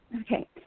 Okay